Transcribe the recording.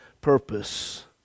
purpose